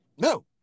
no